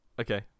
Okay